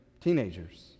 teenagers